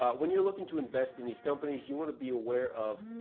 ah when you're looking to invest in these companies, you want to be aware of,